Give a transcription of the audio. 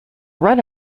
run